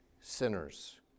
sinners